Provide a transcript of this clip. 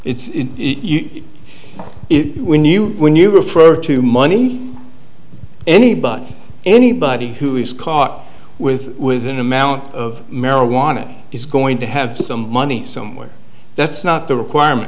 it when you when you refer to money anybody anybody who is caught with with an amount of marijuana is going to have some money somewhere that's not the requirement